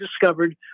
discovered